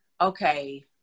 okay